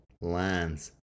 lands